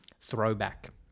Throwback